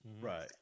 Right